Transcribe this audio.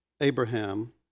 Abraham